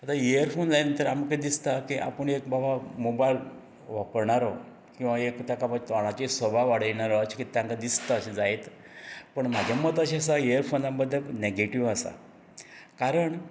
आतां इयरफोन लायल्या नंतर आमकां कितें दिसता आपूण एक बाबा मोबायल वापरणारो किंवा एक ताका तोंडाचेर सोब वाडयणारो अशें कितें तांकां दिसता अशें जायत पूण म्हजें मत अशें आसा इयरफोन बद्दल नेगेटीव आसा कारण